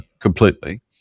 completely